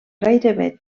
gairebé